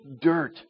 dirt